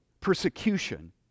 persecution